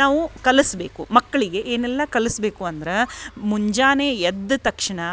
ನಾವು ಕಲಿಸಬೇಕು ಮಕ್ಕಳಿಗೆ ಏನೆಲ್ಲಾ ಕಲಸಬೇಕು ಅಂದ್ರೆ ಮುಂಜಾನೆ ಎದ್ದ ತಕ್ಷಣ